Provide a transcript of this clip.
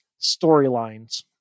storylines